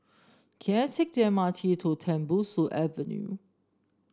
can I take the M R T to Tembusu Avenue